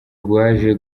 rwaje